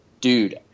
Dude